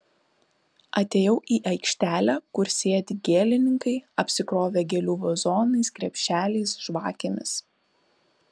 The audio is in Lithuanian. atėjau į aikštelę kur sėdi gėlininkai apsikrovę gėlių vazonais krepšeliais žvakėmis